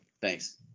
Thanks